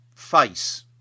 Face